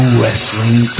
wrestling